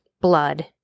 Blood